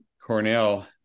Cornell